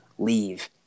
leave